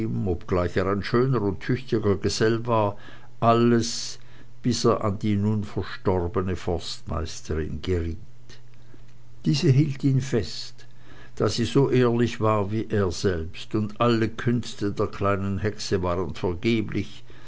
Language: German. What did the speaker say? schöner und tüchtiger gesell war alles bis er an die nun verstorbene forstmeisterin geriet diese hielt ihn fest da sie so ehrlich war wie er selbst und alle künste der kleinen hexe waren vergeblich